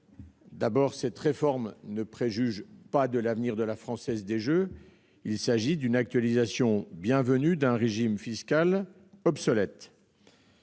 D'abord, cette réforme ne préjuge pas l'avenir de la Française des jeux. Il s'agit d'une actualisation bienvenue d'un régime fiscal obsolète.